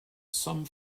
some